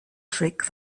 trick